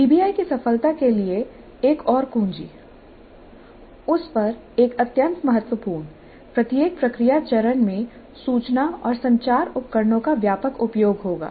PBI की सफलता के लिए एक और कुंजी उस पर एक अत्यंत महत्वपूर्ण प्रत्येक प्रक्रिया चरण में सूचना और संचार उपकरणों का व्यापक उपयोग होगा